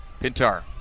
Pintar